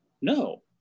No